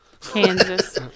Kansas